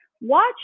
watch